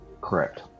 Correct